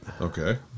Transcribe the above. Okay